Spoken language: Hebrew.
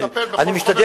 צריך לטפל